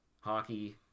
Hockey